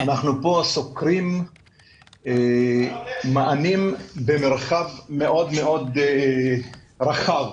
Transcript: אנחנו כאן סוקרים מענים במרחב מאוד מאוד רחב.